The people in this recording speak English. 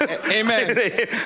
Amen